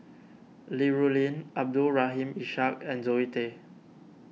Li Rulin Abdul Rahim Ishak and Zoe Tay